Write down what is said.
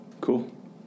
Cool